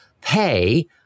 pay